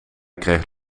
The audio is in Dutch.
kreeg